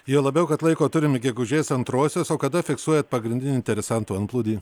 juo labiau kad laiko turim iki gegužės antrosios o kada fiksuojat pagrindinį interesantų antplūdį